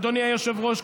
אדוני היושב-ראש,